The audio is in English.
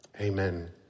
amen